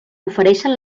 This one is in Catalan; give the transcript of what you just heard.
ofereixen